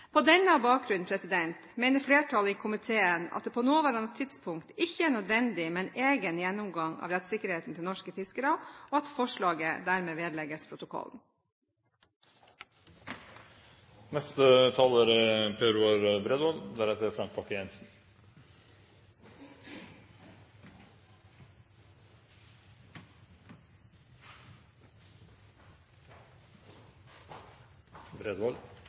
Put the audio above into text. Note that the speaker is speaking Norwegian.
På denne bakgrunn mener flertallet i komiteen at det på nåværende tidspunkt ikke er nødvendig med en egen gjennomgang av rettssikkerheten til norske fiskere, og at forslaget dermed vedlegges protokollen. Norge har mye å være stolt av. En av tingene er